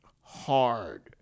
hard